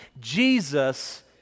Jesus